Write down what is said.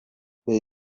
bei